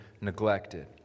neglected